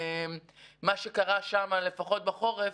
מה שקרה שם, לפחות בחורף,